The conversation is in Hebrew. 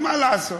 מה לעשות,